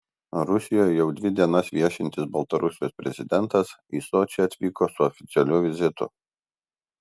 rusijoje jau dvi dienas viešintis baltarusijos prezidentas į sočį atvyko su oficialiu vizitu